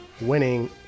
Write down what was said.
winning